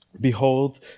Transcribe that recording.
Behold